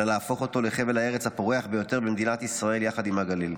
אלא להפוך אותו לחבל הארץ הפורח ביותר במדינת ישראל יחד עם הגליל,